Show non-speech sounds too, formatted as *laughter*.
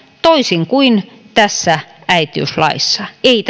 toisin kuin on tässä äitiyslaissa ei *unintelligible*